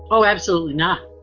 oh, absolutely not.